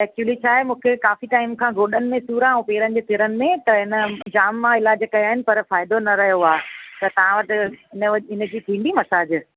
actually छा आहे मूंखे काफ़ी टाइम खां गोॾनि में सूरु आहे ऐं पेरनि जे तिरियुनि में त आहे न जामु मां इलाज कया आहिनि पर फ़ाइदो न रहियो आहे त तव्हां वटि इन इन जी थींदी मसाज